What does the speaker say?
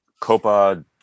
Copa